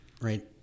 right